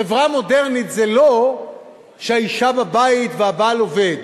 חברה מודרנית זה לא שהאשה בבית והבעל עובד,